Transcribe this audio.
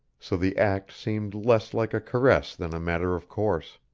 so the act seemed less like a caress than a matter of course.